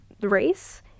race